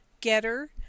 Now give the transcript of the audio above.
Getter